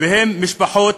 של משפחות,